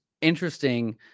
interesting